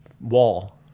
wall